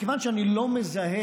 מכיוון שאני לא מזהה